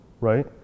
right